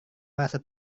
merasa